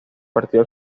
partido